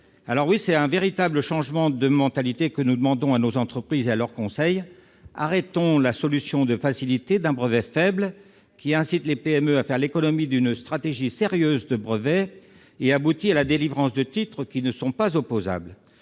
Alors, oui, c'est un véritable changement de mentalité que nous demandons à nos entreprises et à leurs conseils : arrêtons la solution de facilité d'un brevet faible, qui incite les PME à faire l'économie d'une stratégie sérieuse de brevet et aboutit à la délivrance de titres qui ne sont pas opposables